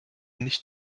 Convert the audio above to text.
nicht